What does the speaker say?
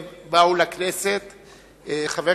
האחדות